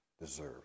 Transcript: deserve